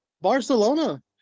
Barcelona